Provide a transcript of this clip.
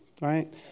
right